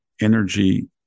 energy